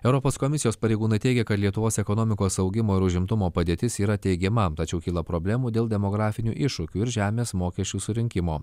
europos komisijos pareigūnai teigia kad lietuvos ekonomikos augimo ir užimtumo padėtis yra teigiama tačiau kyla problemų dėl demografinių iššūkių ir žemės mokesčių surinkimo